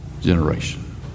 generation